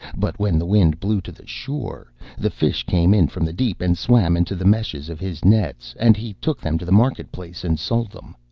but when the wind blew to the shore, the fish came in from the deep, and swam into the meshes of his nets, and he took them to the market-place and sold them.